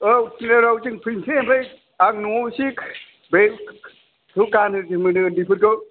औ थिनालियाव जों फैनोसै ओमफ्राय आं न'आव एसे बेखौ गानहोदोंमोन उन्दैफोरखौ